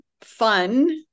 fun